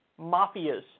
mafias